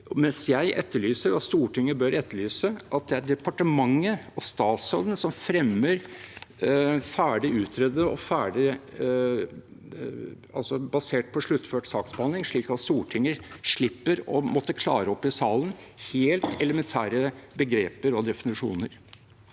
etterlyser at Stortinget bør etterlyse at det er departementet og statsråden som fremmer noe som er ferdig utredet og basert på sluttført saksbehandling, slik at Stortinget slipper å måtte klare opp i salen helt elementære begreper og definisjoner.